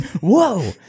Whoa